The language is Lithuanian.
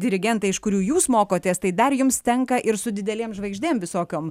dirigentai iš kurių jūs mokotės tai dar jums tenka ir su didelėm žvaigždėm visokiom